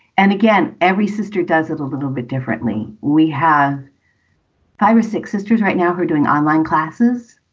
and again, every sister does it a little bit differently. we have five or six sisters right now who are doing online classes.